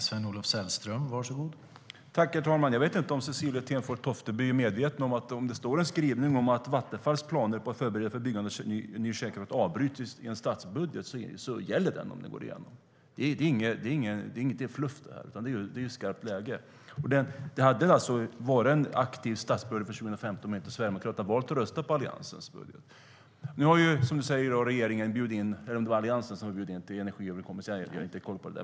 Herr talman! Jag vet inte om Cecilie Tenfjord-Toftby är medveten om att ifall det i statsbudgeten finns en skrivning om att Vattenfalls planer på att förbereda för byggande av ny kärnkraft avbryts gäller det om budgeten går igenom. Det är inget fluff, utan det är skarpt läge. Det hade varit den aktiva statsbudgeten för 2015 om inte Sverigedemokraterna valt att rösta på Alliansens budget. Nu har regeringen bjudit in till en energiöverenskommelse - eller det kanske är Alliansen som gjort det; jag har inte koll på det.